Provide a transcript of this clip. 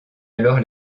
alors